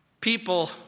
People